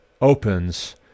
opens